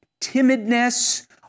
timidness